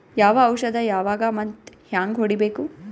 ಯಾವ ಔಷದ ಯಾವಾಗ ಮತ್ ಹ್ಯಾಂಗ್ ಹೊಡಿಬೇಕು?